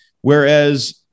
whereas